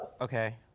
Okay